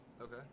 Okay